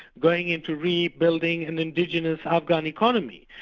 going into rebuilding an indigenous, afghan economy,